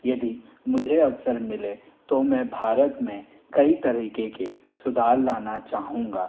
यदि मुझे अवसर मिले तो मैं भारत में कई तरीके के सुधार लाना चाहूँगा